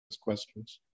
questions